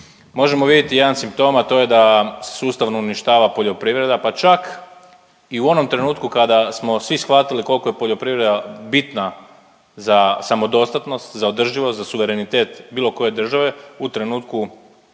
Možemo vidjeti i jedan simptom, a to je da se sustavno uništava poljoprivreda pa čak i u onom trenutku kada smo svi shvatili koliko je poljoprivreda bitna za samodostatnost, za održivost, za suverenitet bilo koje države u trenutku